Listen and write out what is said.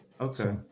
Okay